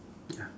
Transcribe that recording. ya